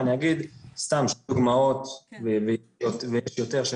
אני אגיד סתם שתי דוגמאות ויש לי יותר,